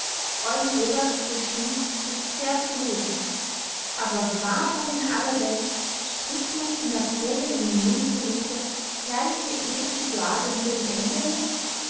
eugen roberts regie ist sehr zu loben aber warum in aller welt strich man die napoleon in den mund gelegte herrliche irische suade wider die engländer